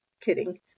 kidding